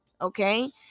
Okay